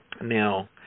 Now